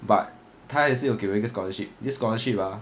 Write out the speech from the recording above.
but 它也是有给我一个 scholarship this scholarship ah